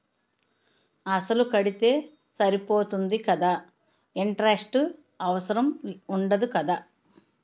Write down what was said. అసలు కడితే సరిపోతుంది కదా ఇంటరెస్ట్ అవసరం ఉండదు కదా?